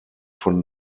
von